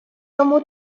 тому